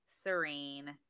serene